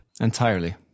Entirely